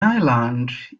ireland